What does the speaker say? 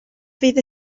fydd